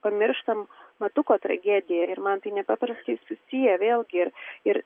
pamirštam matuko tragediją ir man tai nepaprastai susiję vėlgi ir ir